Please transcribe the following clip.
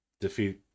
defeat